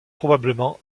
probablement